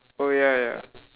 oh ya ya